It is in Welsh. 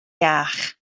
iach